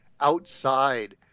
outside